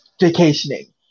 vacationing